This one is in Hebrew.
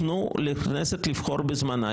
תנו לכנסת לבחור בזמנה.